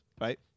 right